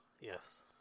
Yes